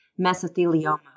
mesothelioma